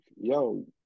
yo